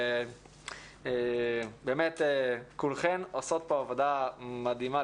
באמת כולכן עושות פה עבודה מדהימה,